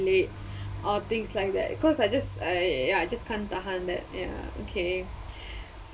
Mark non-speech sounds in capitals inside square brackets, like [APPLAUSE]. late or things like that cause I just I ya I just can't tahan that ya okay [BREATH] so